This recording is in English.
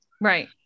Right